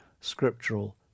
scriptural